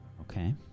Okay